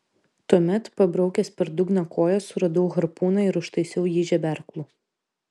tuomet pabraukęs per dugną koja suradau harpūną ir užtaisiau jį žeberklu